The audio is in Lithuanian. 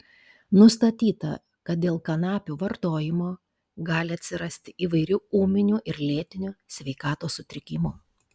nustatyta kad dėl kanapių vartojimo gali atsirasti įvairių ūminių ir lėtinių sveikatos sutrikimų